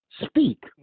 Speak